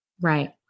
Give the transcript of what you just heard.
Right